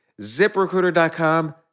ZipRecruiter.com